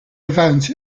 event